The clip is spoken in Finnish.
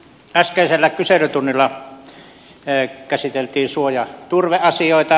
äskeisellä kyselytunnilla käsiteltiin suo ja turveasioita